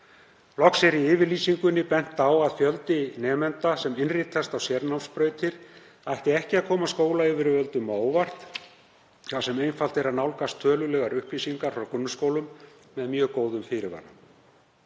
Loks er í yfirlýsingunni bent á að fjöldi nemenda sem innritast á sérnámsbrautir ætti ekki að koma skólayfirvöldum á óvart þar sem einfalt er að nálgast tölulegar upplýsingar frá grunnskólum með góðum fyrirvara.